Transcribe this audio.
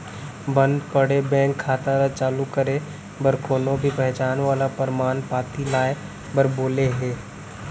बंद पड़े बेंक खाता ल चालू करे बर कोनो भी पहचान वाला परमान पाती लाए बर बोले हे